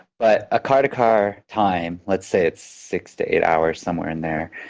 but a car to car time, let's say it's six to eight hours, somewhere in there,